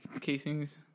casings